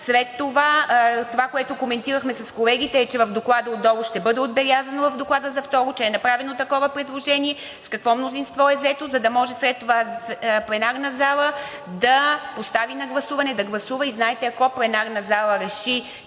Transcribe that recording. след това. Това, което коментирахме с колегите, е, че в доклада отдолу – в доклада за второ четене, ще бъде отбелязано, че е направено такова предложение, с какво мнозинство е взето, за да може след това пленарната зала да постави на гласуване, да гласува и, знаете, ако пленарната зала реши,